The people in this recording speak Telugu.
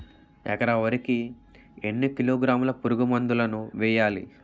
ఎకర వరి కి ఎన్ని కిలోగ్రాముల పురుగు మందులను వేయాలి?